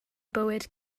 bywyd